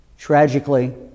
Tragically